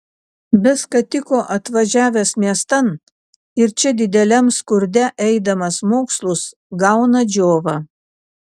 be skatiko atvažiavęs miestan ir čia dideliam skurde eidamas mokslus gauna džiovą